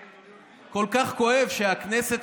של חבר הכנסת יואב קיש.